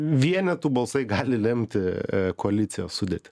vienetų balsai gali lemti koalicijos sudėtį